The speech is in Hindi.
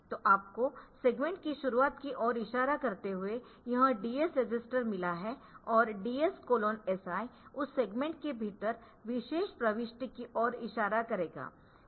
तो आपको सेगमेंट की शुरुआत की ओर इशारा करते हुए यह DS रजिस्टर मिला है और DSSI उस सेगमेंट के भीतर विशेष प्रविष्टि की ओर इशारा करेगा